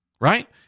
Right